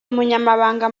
umunyamabanga